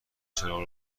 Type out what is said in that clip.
چراغ